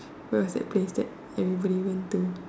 where is that place that everybody went to